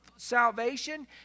salvation